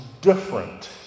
different